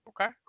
Okay